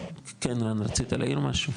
כן, רן, רצית להעיר משהו?